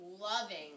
loving